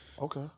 Okay